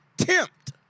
attempt